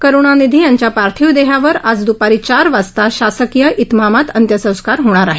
करुणनिधी यांच्या पार्थिव देहावर आज दुपारी चार वाजता शासकीय इतमामात अंत्यसंस्कार होणार आहेत